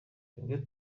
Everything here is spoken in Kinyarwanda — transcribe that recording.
twebwe